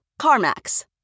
CarMax